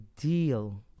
deal